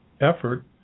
effort